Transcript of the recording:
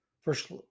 First